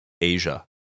asia